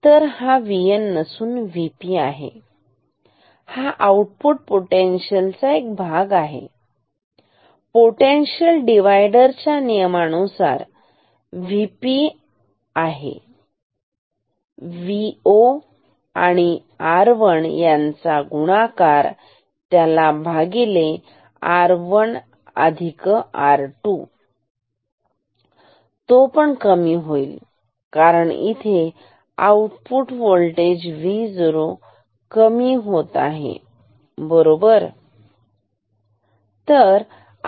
तर हा VN नसून VP आहे हा आउटपुट पोटेन्शियल चा एक छोटा भाग आहे पोटेन्शिअल डीवाईडर च्या नियमानुसार तर VP आहे Vo गुणिले R1 भागिले R 1 अधिक R2 V0 R1R1R2 तो पण कमी होईल कारण इथे आउटपुट होल्टेज Vo कमी होत आहे बरोबर